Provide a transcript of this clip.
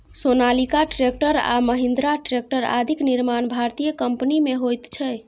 Sonalika tractor आ Mahindra tractor आदिक निर्माण भारतीय कम्पनीमे होइत छै